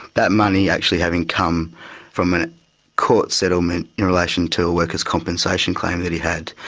that money actually having come from a court settlement in relation to a worker's compensation claim that he had.